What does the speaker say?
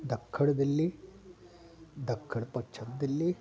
ॾखणु दिल्ली ॾखणु पश्चिम दिल्ली